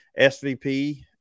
SVP